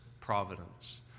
providence